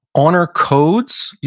honor codes,